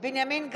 בנימין גנץ,